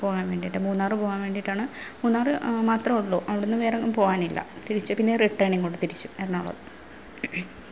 പോവാൻ വേണ്ടിയിട്ട് മൂന്നാർ പോവാൻ വേണ്ടിട്ടാണ് മൂന്നാർ മാത്രമേ ഉള്ളു അവിടെ നിന്ന് വേറെ എങ്ങും പോകാനില്ല തിരിച്ച് പിന്നെ റിട്ടേൺ ഇങ്ങോട്ട് തിരിച്ച് എറണാകുളം